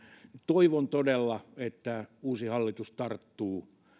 toivon todella että uusi hallitus tarttuu